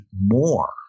more